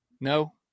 No